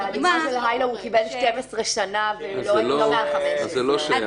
כי הדוגמה של היילו הוא קיבל 12 שנים ולא --- אז זה לא שייך.